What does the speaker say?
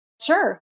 Sure